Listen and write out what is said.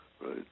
right